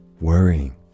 worrying